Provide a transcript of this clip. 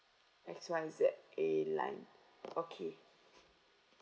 X Y Z airlines okay